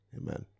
Amen